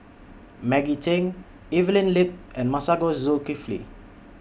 Maggie Teng Evelyn Lip and Masagos Zulkifli